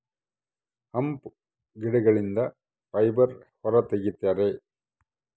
hemp ಗಿಡಗಳಿಂದ fibre ಹೊರ ತಗಿತರೆ